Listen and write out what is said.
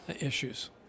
issues